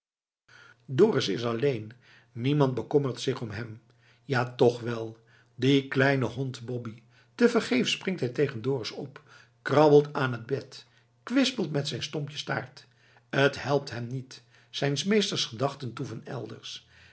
dorus is alleen niemand bekommert zich over hem ja toch wel die kleine hond boppie tevergeefs springt hij tegen dorus op krabbelt aan het bed en kwispelt met zijn stompje staart t helpt hem niet zijns meesters gedachten toeven elders